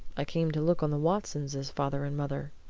i came to look on the watsons as father and mother.